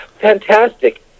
Fantastic